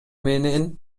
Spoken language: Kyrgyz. менен